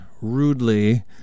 rudely